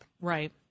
Right